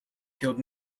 killed